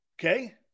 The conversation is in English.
Okay